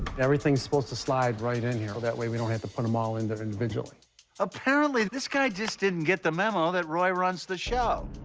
everything's supposed to slide right in here that way we don't have to put them all in there individually apparently this guy just didn't get the memo that roy runs the show